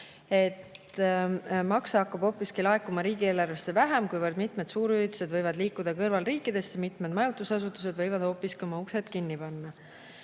et makse hakkab hoopiski laekuma riigieelarvesse vähem, kuivõrd mitmed suurüritused võivad liikuda kõrvalriikidesse, mitmed majutusasutused võivad hoopiski oma uksed kinni panna?"